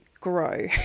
grow